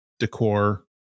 decor